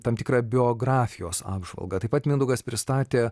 tam tikrą biografijos apžvalgą taip pat mindaugas pristatė